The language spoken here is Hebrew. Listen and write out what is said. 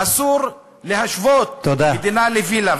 אסור להשוות מדינה לווילה.